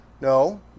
No